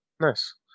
Nice